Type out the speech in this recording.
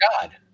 God